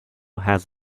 has